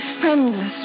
friendless